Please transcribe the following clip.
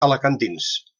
alacantins